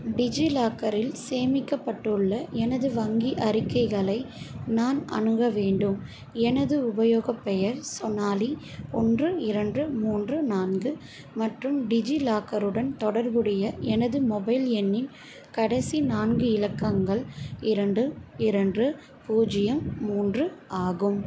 டிஜிலாக்கரில் சேமிக்கப்பட்டுள்ள எனது வங்கி அறிக்கைகளை நான் அணுக வேண்டும் எனது உபயோகப் பெயர் சோனாலி ஒன்று இரண்டு மூன்று நான்கு மற்றும் டிஜிலாக்கருடன் தொடர்புடைய எனது மொபைல் எண்ணின் கடைசி நான்கு இலக்கங்கள் இரண்டு இரண்டு பூஜ்ஜியம் மூன்று ஆகும்